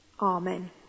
Amen